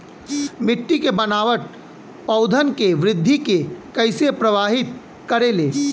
मिट्टी के बनावट पौधन के वृद्धि के कइसे प्रभावित करे ले?